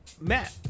Matt